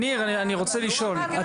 אם רוצים לשנות אותו זה דיונים מסוג אחר,